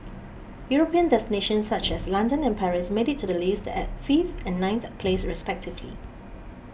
European destinations such as London and Paris made it to the list at fifth and ninth place respectively